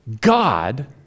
God